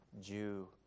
Jew